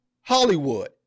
Hollywood